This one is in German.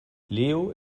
leo